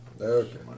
Okay